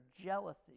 jealousy